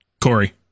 Corey